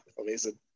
amazing